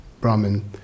Brahman